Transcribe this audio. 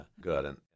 good